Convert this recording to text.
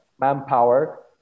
manpower